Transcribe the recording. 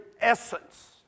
essence